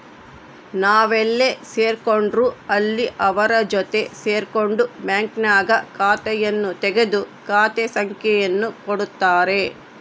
ನಾವೆಲ್ಲೇ ಸೇರ್ಕೊಂಡ್ರು ಅಲ್ಲಿ ಅವರ ಜೊತೆ ಸೇರ್ಕೊಂಡು ಬ್ಯಾಂಕ್ನಾಗ ಖಾತೆಯನ್ನು ತೆಗೆದು ಖಾತೆ ಸಂಖ್ಯೆಯನ್ನು ಕೊಡುತ್ತಾರೆ